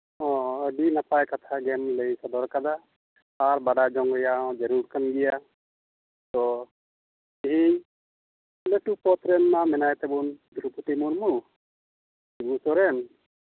ᱚ ᱟᱹᱰᱤ ᱱᱟᱯᱟᱭ ᱠᱟᱛᱷᱟ ᱜᱮᱢ ᱞᱟᱹᱭ ᱥᱚᱫᱚᱨ ᱠᱟᱫᱟ ᱟᱨ ᱵᱟᱰᱟᱭ ᱡᱚᱝ ᱨᱮᱭᱟᱜ ᱦᱚᱸ ᱡᱟᱹᱨᱩᱲ ᱠᱟᱱ ᱜᱮᱭᱟ ᱛᱚ ᱛᱮᱦᱤᱧ ᱞᱟᱹᱴᱩ ᱯᱚᱫ ᱨᱮᱢᱟ ᱢᱮᱱᱟᱭ ᱛᱟᱵᱚᱱ ᱫᱨᱳᱯᱚᱫᱤ ᱢᱩᱨᱢᱩ ᱚᱱᱟ ᱯᱚᱨᱮᱱ